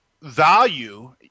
value